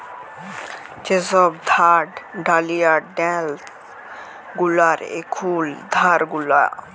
যে সব থার্ড ডালিয়ার ড্যাস গুলার এখুল ধার গুলা